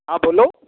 हाँ बोलो